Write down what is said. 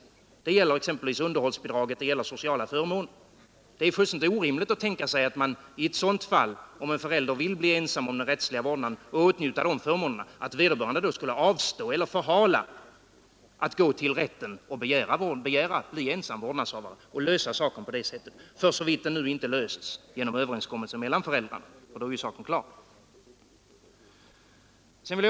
Jag tänker här exempelvis på underhållsbidraget och på de sociala förmånerna. Om en förälder vill bli ensam om den rättsliga vårdnaden och åtnjuta de förmåner som sammanhänger med den, så är det fullständigt orimligt att tänka sig att vederbörande skulle avstå från eller dröja med att gå till rätten och begära att bli ensam vårdnadshavare och lösa frågan på det sättet — för så vitt den inte har lösts genom överenskommelse mellan föräldrarna, ty då är ju saken klar.